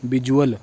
visual